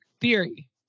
theory